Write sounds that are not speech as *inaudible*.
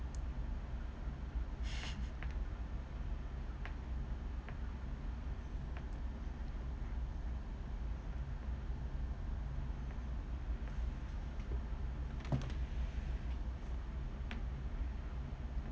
*laughs*